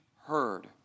heard